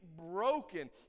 broken